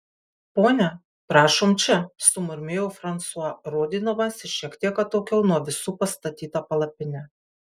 ponia prašom čia sumurmėjo fransua rodydamas į šiek tiek atokiau nuo visų pastatytą palapinę